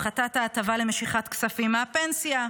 הפחתת ההטבה למשיכת כספים מהפנסיה,